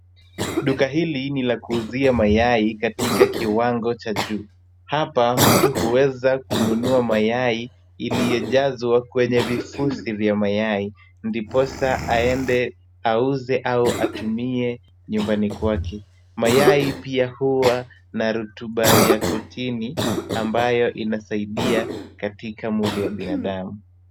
Duka hili ni la kuuzia mayai katika kiwango cha juu. Hapa mtu huweza kununua mayai iliyojazwa kwenye vifusi vya mayai ndiposa aende auze au atumie nyumbani kwake. Mayai pia huwa na rotuba ya protini ambayo inasaidia katika mwili wa binadamu.